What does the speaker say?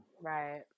Right